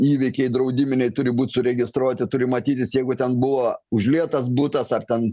įvykiai draudiminiai turi būt suregistruoti turi matytis jeigu ten buvo užlietas butas ar ten